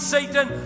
Satan